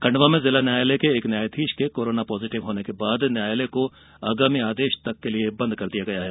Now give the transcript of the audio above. खंडवा में जिला न्यायालय के एक न्यायाधीश के कोरोना पॉजिटिव होने के बाद न्यायालय को आगामी आदेश तक बंद कर दिया गया है